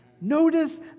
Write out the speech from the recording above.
Notice